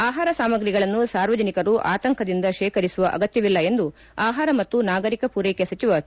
ಆಹಾರ ಸಾಮಗ್ರಿಗಳನ್ನು ಸಾರ್ವಜನಿಕರು ಆತಂಕದಿಂದ ಶೇಖರಿಸುವ ಆಗತ್ಯವಿಲ್ಲ ಎಂದು ಆಹಾರ ಮತ್ತು ನಾಗರಿಕ ಮೂರೈಕೆ ಸಚಿವ ಕೆ